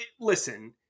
Listen